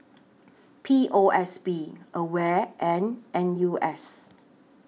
P O S B AWARE and N U S